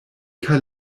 kaj